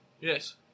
yes